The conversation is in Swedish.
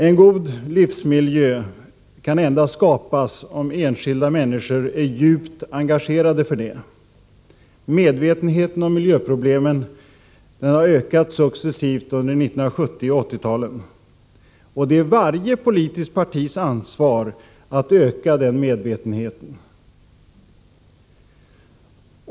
En god livsmiljö kan endast skapas om enskilda människor är djupt engagerade för detta. Medvetenheten om miljöproblemen har ökat successivt under 1970 och 1980-talet — och det är varje politiskt partis ansvar att ytterligare öka den medvetenheten.